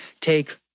take